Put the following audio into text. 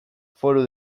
foru